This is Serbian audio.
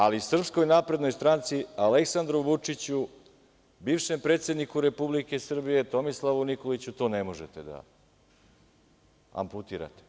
Ali, SNS, Aleksandru Vučiću, bivšem predsedniku Republike Srbije Tomislavu Nikoliću, to ne možete da amputirate.